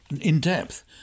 in-depth